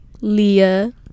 leah